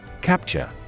Capture